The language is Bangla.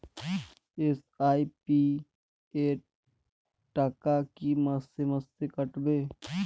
এস.আই.পি র টাকা কী মাসে মাসে কাটবে?